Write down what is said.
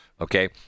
Okay